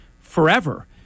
forever